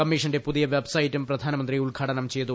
കമ്മീഷന്റെ പുതിയ വെബ്സൈറ്റും പ്രധാനമന്ത്രി ഉദ്ഘാടനം ചെയ്തു